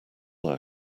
our